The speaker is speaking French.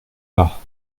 pas